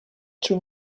too